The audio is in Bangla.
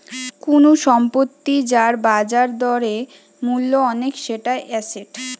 কুনু সম্পত্তি যার বাজার দরে মূল্য অনেক সেটা এসেট